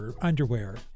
underwear